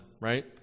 right